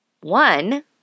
One